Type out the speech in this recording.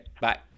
Bye